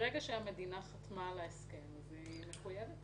שהמדינה חתמה על ההסכם היא מחויבת.